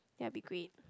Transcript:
that will be great